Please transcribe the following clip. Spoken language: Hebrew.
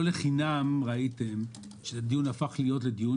לא לחינם ראיתם שהדיון הפך להיות לדיון